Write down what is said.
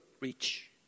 reach